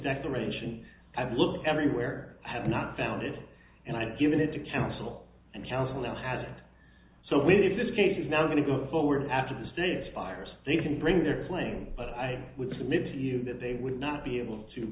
declaration i've looked everywhere i have not found it and i have given it to counsel and counsel now had so when if this case is now going to go forward after the state expires they can bring their claim but i would submit to you that they would not be able to